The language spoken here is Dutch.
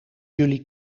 jullie